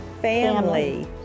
Family